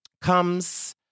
comes